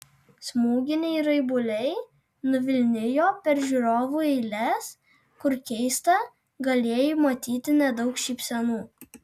smūginiai raibuliai nuvilnijo per žiūrovų eiles kur keista galėjai matyti nedaug šypsenų